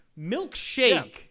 Milkshake